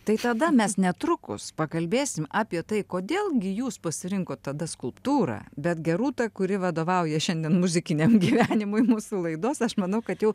tai tada mes netrukus pakalbėsim apie tai kodėl gi jūs pasirinkot tada skulptūrą bet gerūta kuri vadovauja šiandien muzikiniam gyvenimui mūsų laidos aš manau kad jau